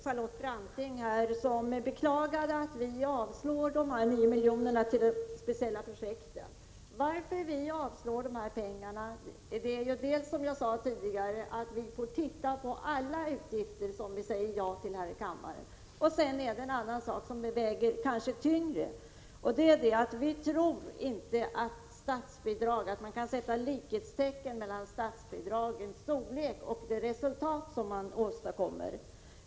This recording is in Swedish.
Herr talman! Charlotte Branting beklagade att vi avstyrker de föreslagna 9 miljonerna till de speciella projekten. Anledningen till att vi gör det är, som jag tidigare sade, dels att vi måste granska alla utgifter som föreslås här i kammaren, dels — och det väger kanske tyngre — att vi inte tror att statsbidragens storlek är avgörande för det resultat man åstadkommer.